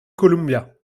columbia